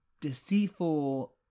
deceitful